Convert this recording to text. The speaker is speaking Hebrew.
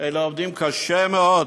עובדים קשה מאוד.